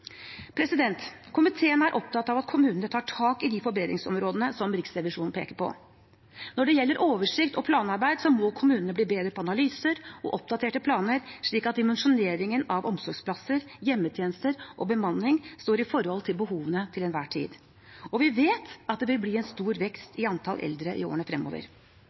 Komiteen er opptatt av at kommunene tar tak i de forbedringsområdene som Riksrevisjonen peker på. Når det gjelder oversikt og planarbeid, må kommunene bli bedre på analyser og oppdaterte planer, slik at dimensjoneringen av omsorgsplasser, hjemmetjenester og bemanning står i forhold til behovene til enhver tid. Vi vet at det vil bli en stor vekst i antall eldre i årene fremover.